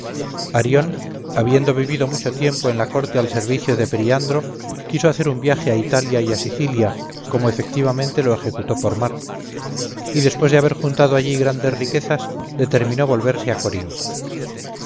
arión habiendo vivido mucho tiempo en la corte al servicio de periandro quiso hacer un viaje a italia y a sicilia como efectivamente lo ejecutó por mar y después de haber juntado allí grandes riquezas determinó volverse a corinto